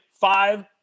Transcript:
five